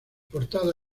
portada